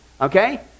Okay